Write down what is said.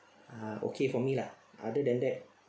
ah okay for me lah other than that